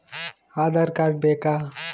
Aadhaar card ಬೇಕಾ?